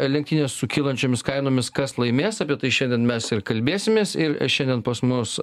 lenktynės su kylančiomis kainomis kas laimės apie tai šiandien mes ir kalbėsimės ir šiandien pas mus